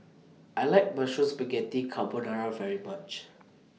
I like Mushroom Spaghetti Carbonara very much